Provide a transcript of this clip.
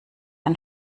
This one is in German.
ein